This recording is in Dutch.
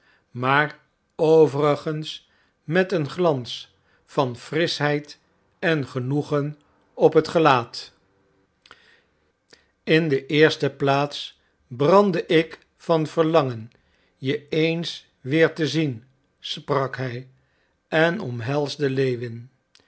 maar overigens met een glans van frischheid en genoegen op het gelaat in de eerste plaats brandde ik van verlangen je eens weer te zien sprak hij en omhelsde lewin